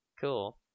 cool